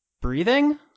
breathing